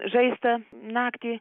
žaista naktį